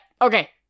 Okay